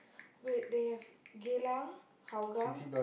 wait they have Geylang Hougang